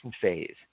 phase